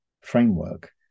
framework